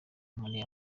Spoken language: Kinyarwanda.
muri